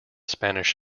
spanish